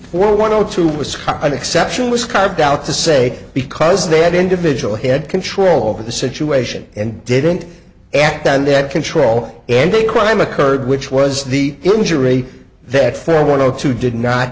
for one or two was an exception was carved out to say because they had individual he had control over the situation and didn't act on that control and a crime occurred which was the injury that for one zero two did not